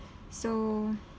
so